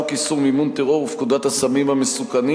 חוק איסור מימון טרור ופקודת הסמים המסוכנים.